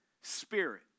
spirit